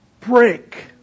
break